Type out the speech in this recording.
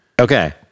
Okay